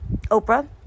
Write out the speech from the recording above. Oprah